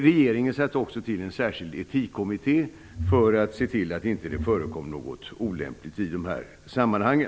Regeringen tillsatte också en särskild etikkommitté för att se till att det inte förekom något olämpligt i dessa sammanhang.